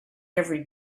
every